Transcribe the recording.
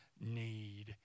need